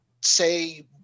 say